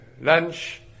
lunch